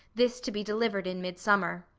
this to be delivered in mid-summer.